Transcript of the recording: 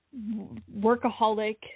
workaholic